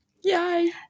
Yay